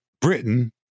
Britain